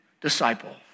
disciple